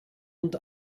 und